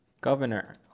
governor